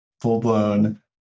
full-blown